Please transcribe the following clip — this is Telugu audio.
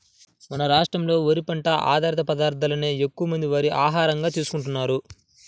మన రాష్ట్రంలో వరి పంట ఆధారిత పదార్ధాలనే ఎక్కువమంది వారి ఆహారంగా తీసుకుంటున్నారు